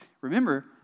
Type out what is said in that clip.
remember